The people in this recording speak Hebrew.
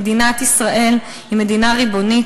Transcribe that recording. אני חושבת שמדינת ישראל היא מדינה ריבונית,